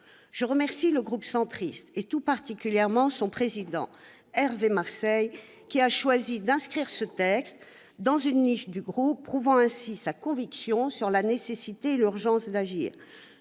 Je remercie le groupe centriste, tout particulièrement son président, Hervé Marseille, qui a choisi d'inscrire ce texte dans une niche du groupe, prouvant ainsi sa conviction quant à la nécessité et l'urgence d'agir.